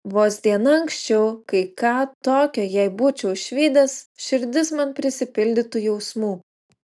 vos diena anksčiau kai ką tokio jei būčiau išvydęs širdis man prisipildytų jausmų